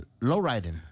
lowriding